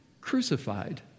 crucified